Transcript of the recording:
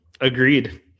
agreed